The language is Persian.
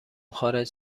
خارج